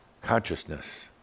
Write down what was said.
Consciousness